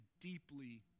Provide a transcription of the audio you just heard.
deeply